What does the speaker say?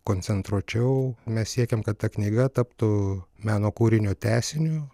koncentruočiau mes siekiam kad ta knyga taptų meno kūrinio tęsiniu